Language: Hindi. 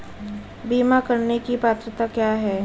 बीमा करने की पात्रता क्या है?